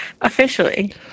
officially